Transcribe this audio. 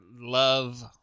love